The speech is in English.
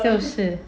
就是